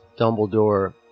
Dumbledore